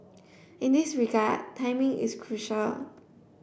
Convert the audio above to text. in this regard timing is crucial